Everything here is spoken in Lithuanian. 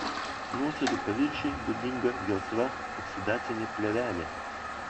nuosėdų paviršiui būdinga gelsva oksidacinė plėvelė